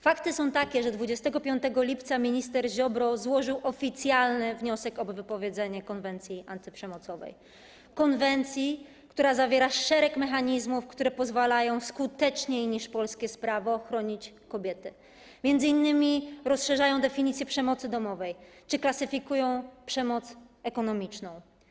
Fakty są takie, że 25 lipca minister Ziobro złożył oficjalny wniosek o wypowiedzenie konwencji antyprzemocowej - konwencji, która zawiera szereg mechanizmów, które pozwalają skuteczniej niż polskie prawo chronić kobiety, m.in. rozszerzają definicję przemocy domowej czy klasyfikują przemoc ekonomiczną.